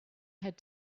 had